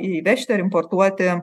įvežti ar importuoti